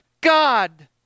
God